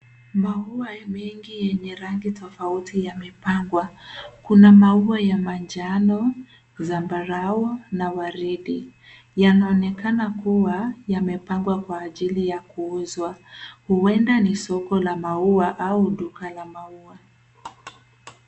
Maua ya mengi yenye rangi tofauti ya mipangwa. Kuna maua ya manjano, zambarau na waridi. Yanaonekana kuwa yamepangwa kwa ajili ya kuuzwa. Huenda ni soko la maua au duka ya maua.